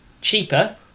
cheaper